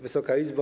Wysoka Izbo!